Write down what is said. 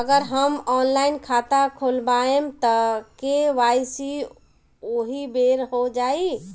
अगर हम ऑनलाइन खाता खोलबायेम त के.वाइ.सी ओहि बेर हो जाई